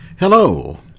Hello